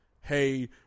hey